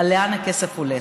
לאן הכסף הולך.